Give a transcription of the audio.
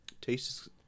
Tastes